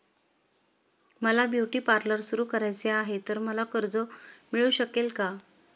मला beauty parlour सुरू करायचे आहे तर मला कर्ज मिळू शकेल का?